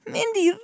Mindy